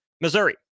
Missouri